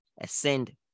ascend